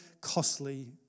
Costly